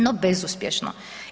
No, bezuspješno.